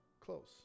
Close